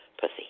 pussy